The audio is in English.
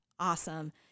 Awesome